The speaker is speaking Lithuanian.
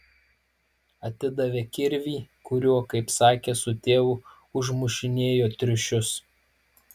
atidavė kirvį kuriuo kaip sakė su tėvu užmušinėjo triušius